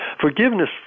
Forgiveness